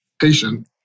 patient